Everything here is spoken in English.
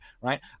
right